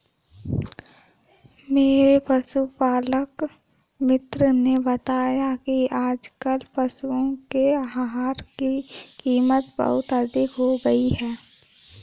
मेरे पशुपालक मित्र ने बताया कि आजकल पशुओं के आहार की कीमत बहुत अधिक हो गई है